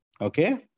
okay